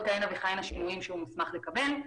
ועוד כהנה וכהנה שינויים שהוא מוסמך לקבל.